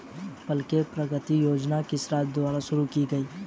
पल्ले प्रगति योजना किस राज्य द्वारा शुरू की गई है?